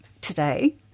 today